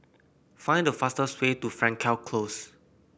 find the fastest way to Frankel Close